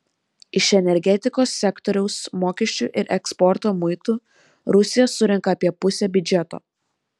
iš energetikos sektoriaus mokesčių ir eksporto muitų rusija surenka apie pusę biudžeto